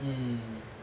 mm